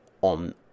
on